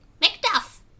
Macduff